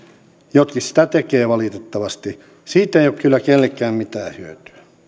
jotkut sitä tekevät valitettavasti ei ole kyllä kenellekään mitään hyötyä